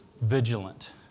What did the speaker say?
vigilant